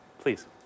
Please